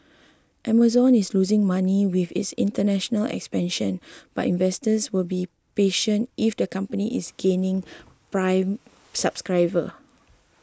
Amazon is losing money with its international expansion but investors will be patient if the company is gaining Prime subscriber